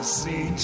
see